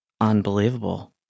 Unbelievable